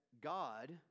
God